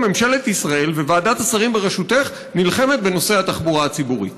ממשלת ישראל וועדת שרים בראשותך נלחמות בנושא התחבורה הציבורית.